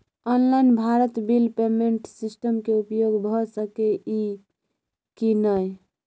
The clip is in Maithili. Online Bharat bill payment system के उपयोग भ सके इ की नय?